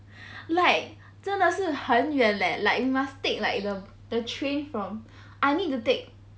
like 真的是很远 leh like you must take like the the train from I need to take